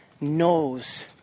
knows